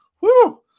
Woo